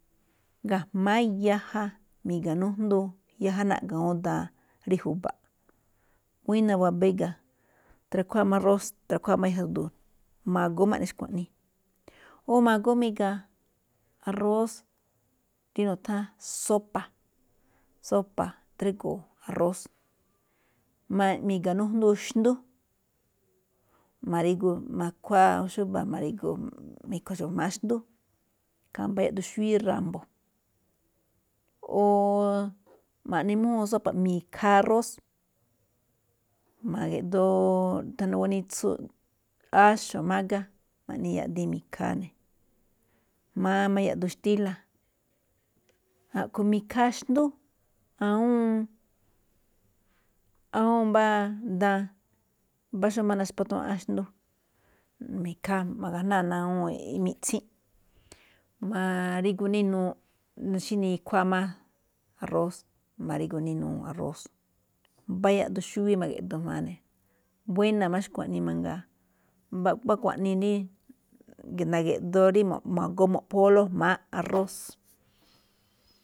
Ga̱jma̱á yaja mi̱ga mi̱ga̱ nújndú, yaja naꞌga̱ awúun daan rí ju̱ba̱ꞌ, buína̱ waba gíga̱, trakhuáa máꞌ arrós, trakhuáa máꞌ yaja tsu̱du̱u̱ ne̱, magoo máꞌ ma̱ꞌne xkuaꞌnii. Ó ma̱goo mi̱ga̱ arrós, nutháa̱n sópa̱, sópa̱ drígo̱o̱ arrós, mi̱ga̱ nújndú xndú, ma̱rígu ma̱khuáa xúba̱ ma̱ri̱gu, me̱kho̱ xa̱bo̱ ga̱jma̱á xndú, i̱ꞌkha̱a̱ máꞌ mbá yaꞌduun xúwí ra̱mbo̱, o ma̱ꞌne mújúun sópa̱ mi̱khaa arrós, ma̱ge̱ꞌdoo thanuu ganitsu, áxo̱, mágá, ma̱ꞌne yaꞌdiin mi̱kha̱a̱ ne̱. Jma̱á máꞌ yaꞌduun xtíla̱. A̱ꞌkhue̱n mi̱khaa xndú awúun, awúun mbá daan, mbá xó naxpátuaꞌán xndú, mi̱khaa ma̱ga̱náa̱ ná awúun miꞌtsínꞌ, ma̱ari̱gu ná inuu xí nikhuáa máꞌ arrós, ma̱rigu ne̱ ná inuu arrós. Mbá yaꞌduun xúwí ma̱gi̱ꞌdoo jma̱á ne̱ buéna̱ máꞌ xkuaꞌnii mangaa, mbá xkuaꞌnii rí na̱ge̱ꞌdoo rí magoo mo̱ꞌpholóꞌ jma̱á arrós.